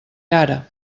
ara